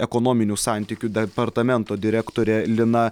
ekonominių santykių departamento direktorė lina